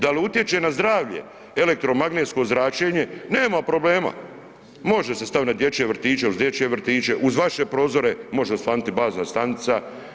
Da li utječe na zdravlje elektromagnetsko zračenje, nema problema, može se stavit na dječje vrtiće, uz dječje vrtiće, uz vaše prozore može osvanuti bazna stanica.